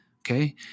Okay